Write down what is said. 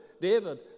David